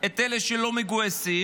את אלה שלא מגויסים,